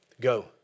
Go